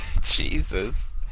Jesus